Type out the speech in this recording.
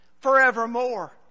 forevermore